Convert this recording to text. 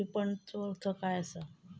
विपणनचो अर्थ काय असा?